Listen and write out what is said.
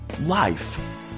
Life